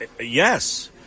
Yes